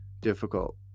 difficult